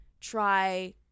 try –